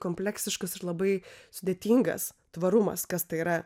kompleksiškas ir labai sudėtingas tvarumas kas tai yra